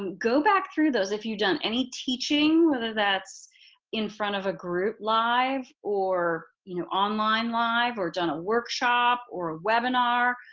go back through those. if you've done any teaching whether that's in front of a group live or you know online live, or done a workshop, or webinar,